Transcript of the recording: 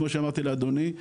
כמו שאמרתי לאדוני,